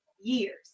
years